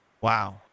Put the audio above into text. Wow